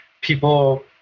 people